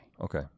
Okay